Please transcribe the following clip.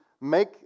Make